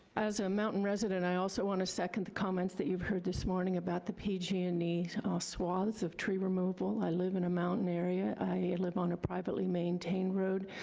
as a mountain resident, i also wanna second the comments that you've heard this morning, about the pg and e swathes of tree removal. i live in a mountain area. i live on a privately maintained road.